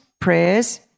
prayers